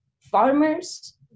farmers